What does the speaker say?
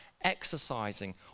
exercising